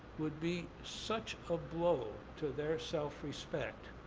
would be such a blow to their self-respect